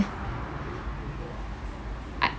I